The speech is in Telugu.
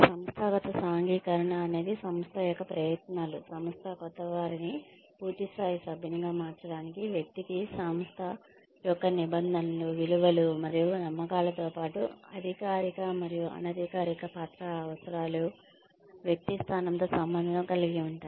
సంస్థాగత సాంఘికీకరణ అనేది సంస్థ యొక్క ప్రయత్నాలు సంస్థ క్రొత్తవారిని పూర్తి స్థాయి సభ్యునిగా మార్చడానికి వ్యక్తికి సంస్థ యొక్క నిబంధనలు విలువలు మరియు నమ్మకాలతో పాటు అధికారిక మరియు అనధికారిక పాత్ర అవసరాలు వ్యక్తి స్థానంతో సంబంధం కలిగి ఉంటాయి